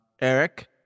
Eric